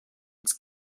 its